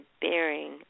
bearing